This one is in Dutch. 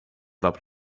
lab